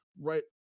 Right